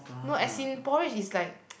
no as in porridge is like